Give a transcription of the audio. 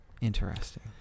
interesting